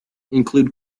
include